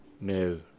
No